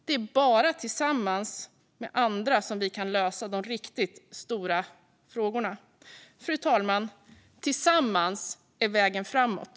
Det är bara tillsammans med andra som vi kan lösa de riktigt stora frågorna. Fru talman! Tillsammans är vägen framåt.